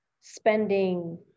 spending